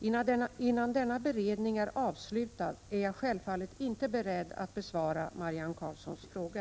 Innan denna beredning är avslutad är jag självfallet inte beredd att besvara Marianne Karlssons fråga.